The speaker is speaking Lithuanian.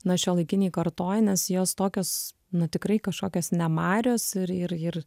na šiuolaikinėj kartoj nes jos tokios na tikrai kažkokios nemarios ir ir ir